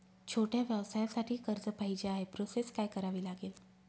छोट्या व्यवसायासाठी कर्ज पाहिजे आहे प्रोसेस काय करावी लागेल?